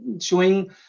showing